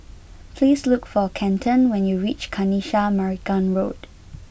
please look for Kenton when you reach Kanisha Marican Road